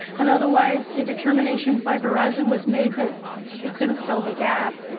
and otherwise it determination by verizon was made that it couldn't fill the gap